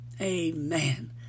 Amen